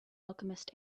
alchemist